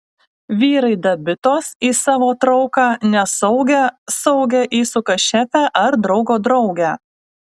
vyrai dabitos į savo trauką nesaugią saugią įsuka šefę ar draugo draugę